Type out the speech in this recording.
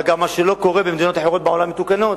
אגב, מה שלא קורה במדינות אחרות בעולם, מתוקנות.